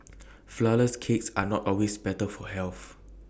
Flourless Cakes are not always better for health